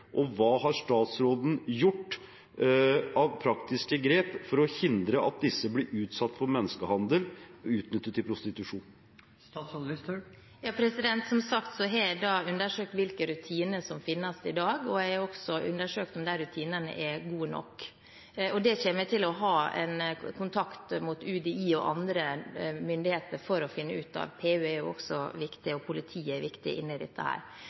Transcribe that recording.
og hva har statsråden gjort av praktiske grep for å hindre at disse blir utsatt for menneskehandel og utnyttet til prostitusjon? Som sagt har jeg undersøkt hvilke rutiner som finnes i dag. Jeg har også undersøkt om de rutinene er gode nok. Det kommer jeg til å ha kontakt med UDI og andre myndigheter for å finne ut av. Politiets utlendingsenhet og politiet er også viktig i dette arbeidet. Men jeg mener også at det er svært viktig